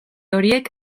horiek